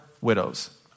widows